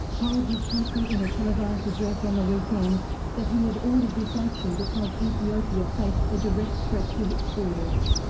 told his country in a televised address on the weekend that he had ordered this action because ethiopia faced a direct threat to its borders.